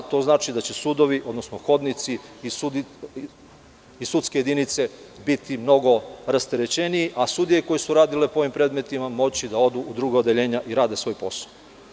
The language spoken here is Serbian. To znači da je sudovi, odnosno hodnici i sudske jedinice biti mnogo rasterećenije, a sudije koje su radile po ovim predmetima će moći da odu u druga odeljenja i da rade svoj posao.